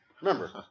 remember